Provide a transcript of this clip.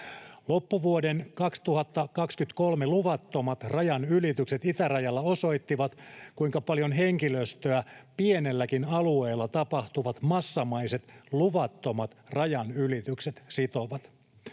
Loppuvuoden 2023 luvattomat rajanylitykset itärajalla osoittivat, kuinka paljon henkilöstöä pienelläkin alueella tapahtuvat massamaiset luvattomat rajanylitykset sitovat.